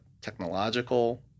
technological